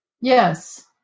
Yes